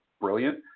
brilliant